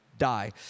Die